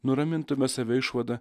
nuramintume save išvada